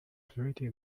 pretty